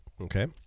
Okay